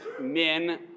men